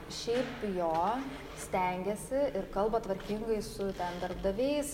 šiaip jo stengiasi ir kalba tvarkingai su ten darbdaviais su